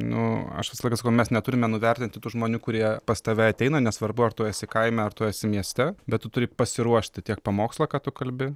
nu aš visą laiką sakau mes neturime nuvertinti tų žmonių kurie pas tave ateina nesvarbu ar tu esi kaime ar tu esi mieste bet tu turi pasiruošti tiek pamokslą ką tu kalbi